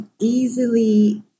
easily